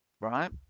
right